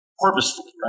purposefully